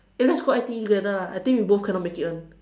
eh let's go I_T_E together lah I think we both cannot make it [one]